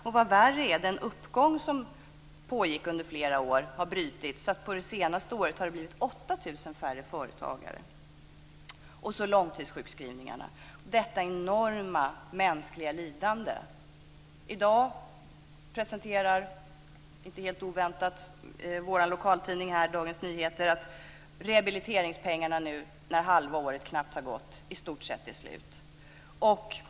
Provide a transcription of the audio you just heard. Och vad värre är: Den uppgång som pågick under flera år har brutits, så under det senaste året har det blivit 8 000 färre företagare. Sedan har vi långtidssjukskrivningarna - detta enorma mänskliga lidande. I dag presenterar, inte helt oväntat, vår lokaltidning här, Dagens Nyheter, att rehabiliteringspengarna nu, när knappt halva året gått, i stort sett är slut.